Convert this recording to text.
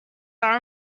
are